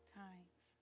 times